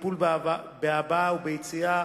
טיפול בהבעה וביצירה,